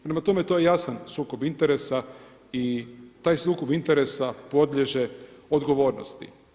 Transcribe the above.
Prema tome, to je jasan sukob interesa i taj sukob interesa podliježe odgovornosti.